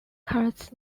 carts